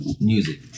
music